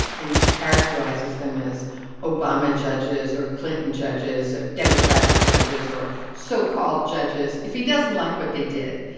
and he characterizes them as obama judges or clinton judges or democratic judges or so-called judges if he doesn't like what they did.